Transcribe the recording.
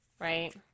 right